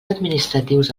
administratius